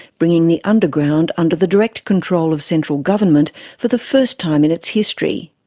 bringing the underground under the direct control of central government for the first time in its history.